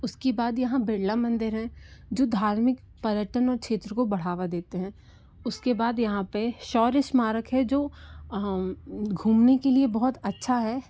उसके बाद यहाँ बिरला मंदिर है जो धार्मिक पर्यटन और क्षेत्र को बढ़ावा देते हैं उसके बाद यहाँ पर शौर्य स्मारक है जो घूमने के लिए बहुत अच्छा है